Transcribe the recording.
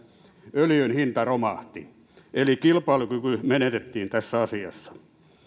öljyn hinta romahti eli kilpailukyky menetettiin tässä asiassa